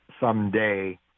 someday